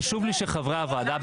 שחוסננו החברתי,